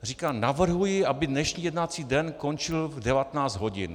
Říká: Navrhuji, aby dnešní jednací den končil v 19 hodin.